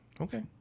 Okay